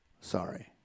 Sorry